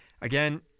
Again